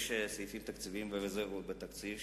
יש סעיפים תקציביים ורזרבות בתקציב,